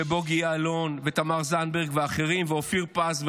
ובוגי יעלון, ואחרים, ואופיר פז.